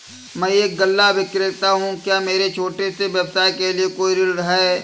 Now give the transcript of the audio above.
मैं एक गल्ला विक्रेता हूँ क्या मेरे छोटे से व्यवसाय के लिए कोई ऋण है?